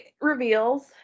reveals